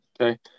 Okay